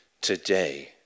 today